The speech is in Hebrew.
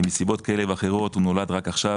בנסיבות כאלה ואחרות הוא נולד רק עכשיו.